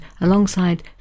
alongside